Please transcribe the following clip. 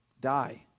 die